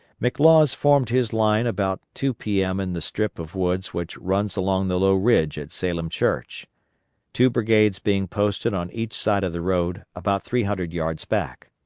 mclaws formed his line about two p m. in the strip of woods which runs along the low ridge at salem church two brigades being posted on each side of the road about three hundred yards back.